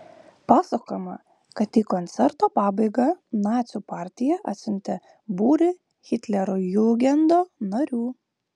pasakojama kad į koncerto pabaigą nacių partija atsiuntė būrį hitlerjugendo narių